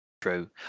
True